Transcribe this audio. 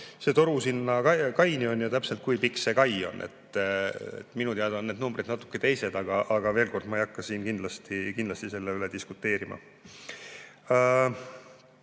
see toru sinna kaini on ja kui pikk täpselt see kai on. Minu teada on need numbrid natuke teised. Aga veel kord: ma ei hakka siin kindlasti selle üle diskuteerima. Nii